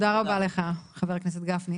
תודה רבה לך, חבר הכנסת גפני.